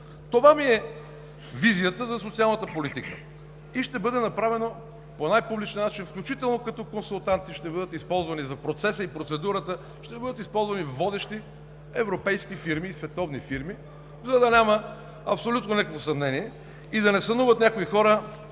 Това ми е визията за социалната политика. И ще бъде направено по най-публичния начин, включително като консултанти за процеса и процедурата ще бъдат използвани водещи европейски и световни фирми, за да няма абсолютно никакво съмнение и да не сънуват някои хора